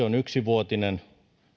on yksivuotinen